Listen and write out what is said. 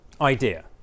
idea